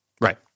Right